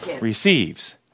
receives